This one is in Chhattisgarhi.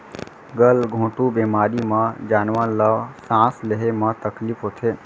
गल घोंटू बेमारी म जानवर ल सांस लेहे म तकलीफ होथे